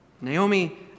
Naomi